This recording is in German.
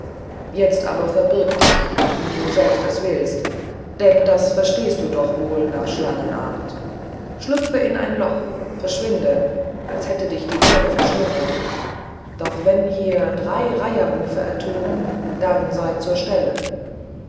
jetzt aber verbirg dich wie du selber willst denn das verstehst du wohl nach schlangenart schlüpfe in ein loch verschwinde als hätte dich die erde verschlungen doch wenn hier drei reiherrufe ertönen dann sei zur stelle